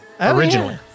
originally